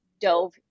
dove